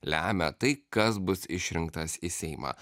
lemia tai kas bus išrinktas į seimą